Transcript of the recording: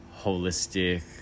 holistic